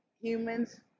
humans